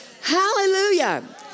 Hallelujah